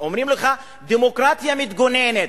אומרים לך, דמוקרטיה מתגוננת.